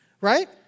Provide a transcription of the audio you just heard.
right